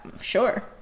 sure